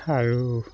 আৰু